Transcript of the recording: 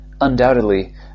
Undoubtedly